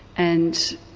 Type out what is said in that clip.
and,